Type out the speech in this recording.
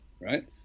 Right